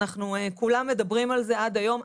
כולם מדברים על זה עד היום,